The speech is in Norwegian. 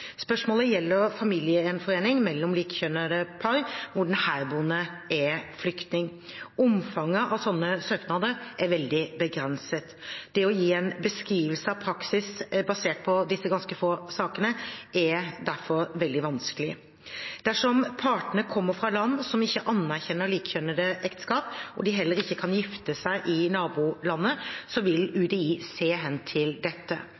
Spørsmålet gjelder familiegjenforening mellom likekjønnede par, hvor den herboende er flyktning. Omfanget av slike søknader er veldig begrenset. Å gi en beskrivelse av praksis basert på disse ganske få sakene er derfor veldig vanskelig. Dersom partene kommer fra land som ikke anerkjenner likekjønnede ekteskap, og de heller ikke kan gifte seg i nabolandet, vil UDI se hen til dette.